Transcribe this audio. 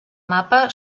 mapa